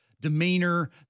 demeanor